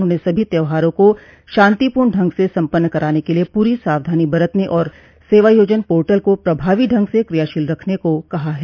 उन्होंने सभी त्यौहारों को शांतिपूर्ण ढ़ंग से सम्पन्न कराने के लिए पूरी सावधानी बरतने और सेवायोजन पोर्टल को प्रभावी ढंग से कियाशील रखने को कहा है